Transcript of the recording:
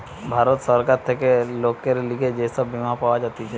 ভারত সরকার থেকে লোকের লিগে যে সব বীমা পাওয়া যাতিছে